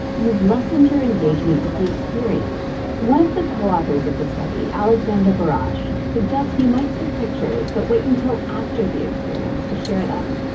you've lessened your engagement with the experience. one of the co-authors of the study, alixandra barasch, suggests you might take pictures, but wait until after the experience to share them.